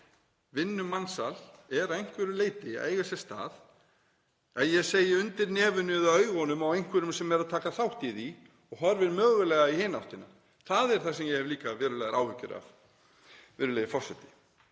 nóg. Vinnumansal er að einhverju leyti að eiga sér stað undir nefinu eða augunum á einhverjum sem er að taka þátt í því og horfir mögulega í hina áttina. Það er það sem ég hef líka verulegar áhyggjur af, virðulegi forseti.